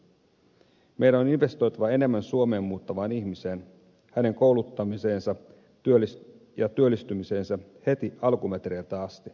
meidän on investoitava enemmän suomeen muuttavaan ihmiseen hänen kouluttamiseensa ja työllistymiseensä heti alkumetreiltä asti